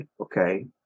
Okay